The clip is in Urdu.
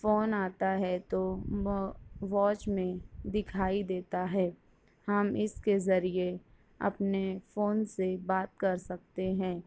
فون آتا ہے تو وہ واچ میں دکھائی دیتا ہے ہم اس کے ذریعے اپنے فون سے بات کر سکتے ہیں